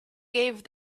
gave